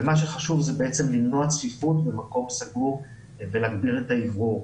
ומה שחשוב זה בעצם למנוע צפיפות במקום סגור ולהגביר את האוורור.